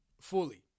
fully